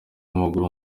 w’amaguru